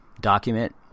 document